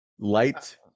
light